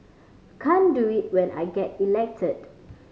can't do it when I get elected